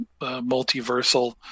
multiversal